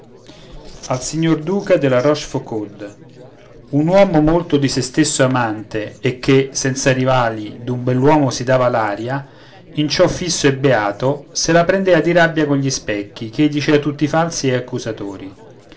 rochefoucauld un uomo molto di se stesso amante e che senza rivali d'un bell'uomo si dava l'aria in ciò fisso e beato se la prendea di rabbia con gli specchi ch'ei dicea tutti falsi e accusatori